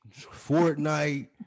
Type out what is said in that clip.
Fortnite